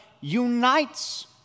unites